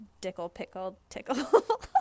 dickle-pickle-tickle